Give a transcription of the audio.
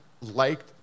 liked